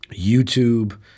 YouTube